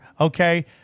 okay